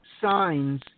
signs